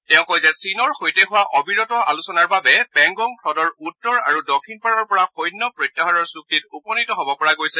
তেওঁ কয় যে চীনৰ সৈতে হোৱা অবিৰত আলোচনাৰ বাবে পেংগং হ্ৰদৰ উত্তৰ আৰু দক্ষিণ পাৰৰ পৰা সৈন্য প্ৰত্যাহাৰৰ চুক্তিত উপনীত হব পৰা গৈছে